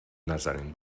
نزنین